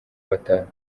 batabona